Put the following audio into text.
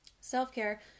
Self-care